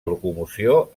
locomoció